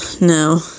No